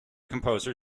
composer